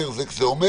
זה אומר